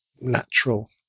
natural